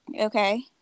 Okay